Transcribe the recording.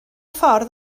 ffordd